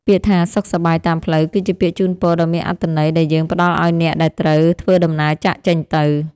ពាក្យថាសុខសប្បាយតាមផ្លូវគឺជាពាក្យជូនពរដ៏មានអត្ថន័យដែលយើងផ្ដល់ឱ្យអ្នកដែលត្រូវធ្វើដំណើរចាកចេញទៅ។